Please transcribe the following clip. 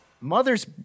mother's